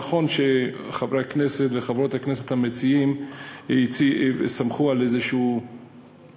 נכון שחברות הכנסת וחברי הכנסת המציעים סמכו על דוח כלשהו